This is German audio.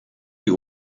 die